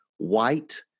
white